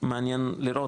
מעניין לראות,